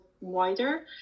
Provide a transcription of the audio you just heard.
wider